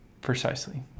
Precisely